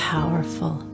Powerful